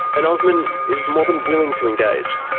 and osman is more than willing to engage.